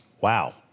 Wow